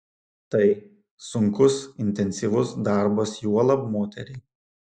tai sunkus intensyvus darbas juolab moteriai